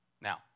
Now